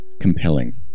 compelling